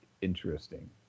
Interesting